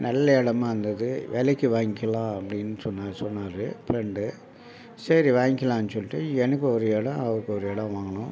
நல்ல இடமா இருந்தது விலைக்கி வாங்கிக்கலாம் அப்படின்னு சொன்னார் சொன்னார் ஃப்ரெண்டு சரி வாங்கிக்கலான்னு சொல்லிட்டு எனக்கு ஒரு இடம் அவருக்கு ஒரு இடம் வாங்கினோம்